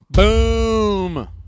Boom